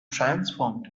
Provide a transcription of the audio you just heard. transformed